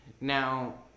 Now